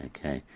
Okay